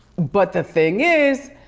but the thing is,